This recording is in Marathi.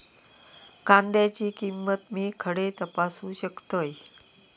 कांद्याची किंमत मी खडे तपासू शकतय?